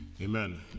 Amen